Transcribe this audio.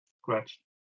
scratched